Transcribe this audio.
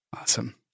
Awesome